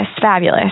fabulous